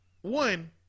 one